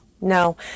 no